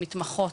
מתמחות,